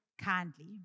kindly